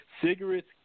cigarettes